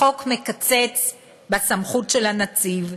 החוק מקצץ בסמכות של הנציב,